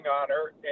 honor